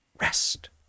rest